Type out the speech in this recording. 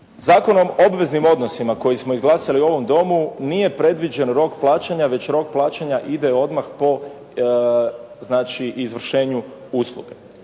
Zakonom o obveznim odnosima koji smo izglasali u ovom Domu nije predviđen rok plaćanja, već rok plaćanja ide odmah po izvršenju usluge.